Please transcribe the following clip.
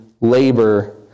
labor